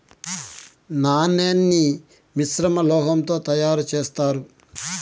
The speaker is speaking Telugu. నాణాన్ని మిశ్రమ లోహం తో తయారు చేత్తారు